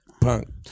punk